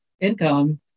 income